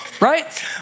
right